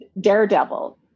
Daredevil